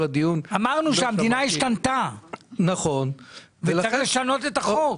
אמרנו שהמדינה השתנתה, וצריך לשנות את החוק.